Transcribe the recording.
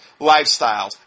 lifestyles